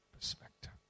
perspective